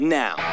now